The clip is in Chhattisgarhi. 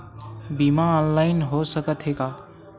बीमा ऑनलाइन हो सकत हे का?